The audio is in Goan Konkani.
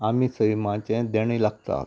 आमी सैमाचे देणे लागतात